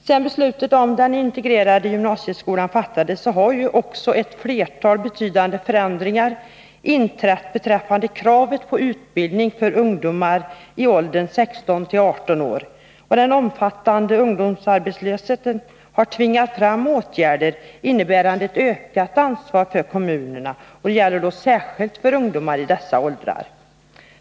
Sedan beslutet om den integrerade gymnasieskolan fattades har ett flertal betydande förändringar inträtt beträffande kravet på utbildning för ungdom i åldern 16-18 år. Den omfattande ungdomsarbetslösheten har tvingat fram åtgärder, innebärande ett ökat ansvar för kommunerna, särskilt då det gäller ungdomar i dessa åldrar.